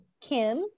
Kim